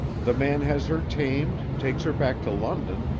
the man has her tamed, takes her back to london,